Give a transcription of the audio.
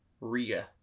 riga